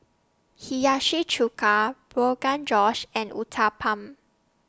Hiyashi Chuka Rogan Josh and Uthapam